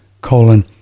colon